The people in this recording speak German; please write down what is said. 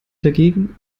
dagegen